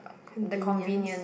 convenience